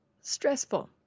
Stressful